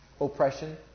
oppression